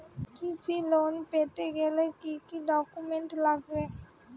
কৃষি লোন পেতে গেলে কি কি ডকুমেন্ট লাগবে?